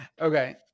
okay